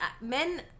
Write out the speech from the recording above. Men